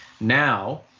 Now